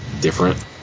different